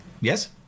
Yes